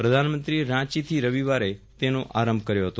પ્રધાનમંત્રીએ રાંચીથી રવિવારે તેનો આરંભ કર્યો હતો